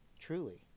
truly